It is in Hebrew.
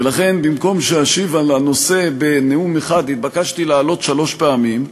ולכן במקום שאשיב על הנושא בנאום אחד נתבקשתי לעלות שלוש פעמים,